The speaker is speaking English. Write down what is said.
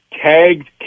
tagged